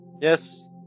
Yes